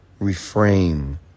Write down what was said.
reframe